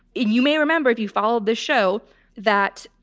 you may remember if you follow this show that,